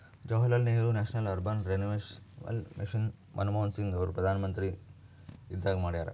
Jawaharlal Nehru National Urban Renewal Mission Manmohan Singh ಅವರು ಪ್ರಧಾನ್ಮಂತ್ರಿ ಇದ್ದಾಗ ಮಾಡ್ಯಾರ್